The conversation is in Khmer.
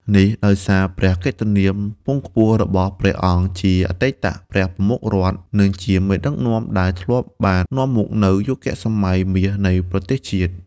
នេះដោយសារព្រះកិត្តិនាមខ្ពង់ខ្ពស់របស់ព្រះអង្គជាអតីតព្រះប្រមុខរដ្ឋ និងជាមេដឹកនាំដែលធ្លាប់បាននាំមកនូវយុគសម័យមាសនៃប្រទេសជាតិ។